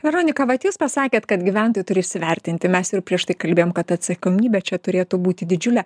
veronika vat jūs pasakėt kad gyventojai turi įsivertinti mes ir prieš tai kalbėjom kad atsakomybė čia turėtų būti didžiulė